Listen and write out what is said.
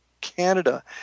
Canada